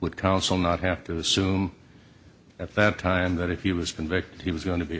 would counsel not have to assume at that time that if you was convicted he was going to be